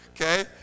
okay